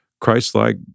Christ-like